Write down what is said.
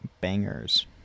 Bangers